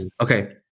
Okay